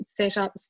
setups